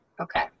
okay